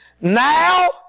Now